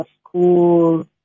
school